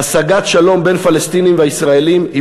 "השגת שלום בין הפלסטינים והישראלים היא